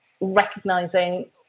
recognizing